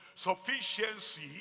Sufficiency